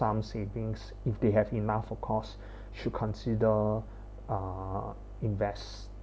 some savings if they have enough of course should consider a invest